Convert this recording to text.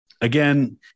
again